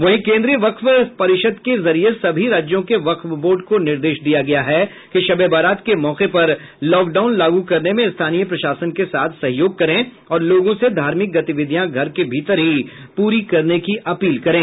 वहीं केन्द्रीय वक्फ परिषद के जरिए सभी राज्यों के वक्फ बोर्ड को निर्देश दिया गया है कि शबे बारात के मौके पर लॉकडाउन लागू करने में स्थानीय प्रशासन के साथ सहयोग करें और लोगों से धार्मिक गतिविधियां घर के भीतर ही पूरी करने की अपील करें